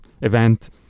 event